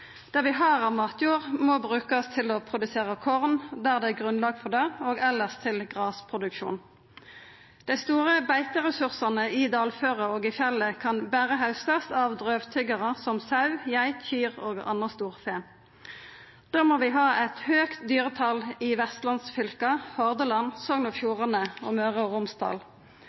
Det vi har av matjord, må brukast til å produsera korn der det er grunnlag for det, og elles til grasproduksjon. Dei store beiteressursane i dalføra og i fjellet kan berre haustast av drøvtyggjarar som sau, geit, kyr og anna storfe. Da må vi ha eit høgt dyretal i vestlandsfylka – Hordaland, Sogn og Fjordane og Møre og Romsdal.